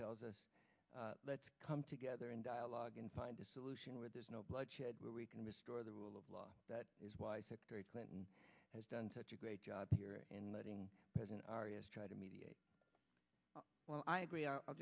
tells us let's come together in dialogue and find a solution where there's no bloodshed where we can restore the rule of law that is why secretary clinton has done such a great job here and letting present arias try to mediate while i agree